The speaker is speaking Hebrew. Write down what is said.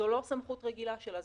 זו לא סמכות רגילה שלה,